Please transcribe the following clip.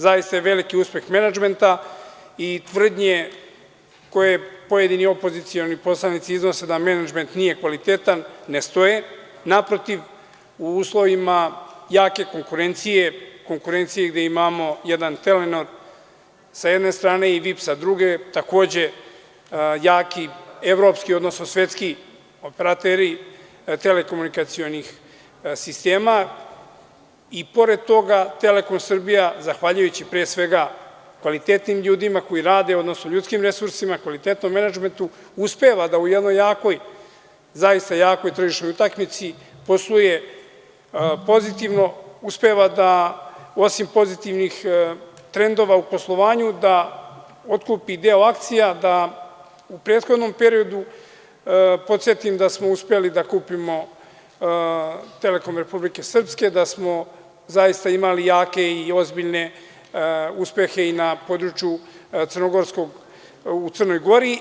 Zaista je veliki uspeh menadžmenta i tvrdnje koje pojedini opozicioni poslanici iznose da menadžment nije kvalitetan, ne stoje, naprotiv u uslovima jake konkurencije, konkurencije gde imamo jedan Telenor, sa jedne strane i VIP, sa druge takođe jaki evropski, odnosno svetski operateri telekomunikacionih sistema, i pored toga Telekom Srbija zahvaljujući pre svega kvalitetnim ljudima koji rade, odnosno ljudskim resursima, kvalitetnom menadžmentu, uspeva da u jednoj jakoj, zaista jakoj tržišnoj utakmici posluje pozitivno, uspeva da osim pozitivnih trendova u poslovanju da otkupi deo akcija, da u prethodnom periodu podsetim da smo uspeli da kupimo Telekom Republike Srpske, da smo zaista imali jake i ozbiljne uspeh i na području Crne Gore.